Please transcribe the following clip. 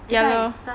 ya lor